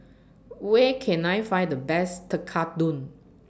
Where Can I Find The Best Tekkadon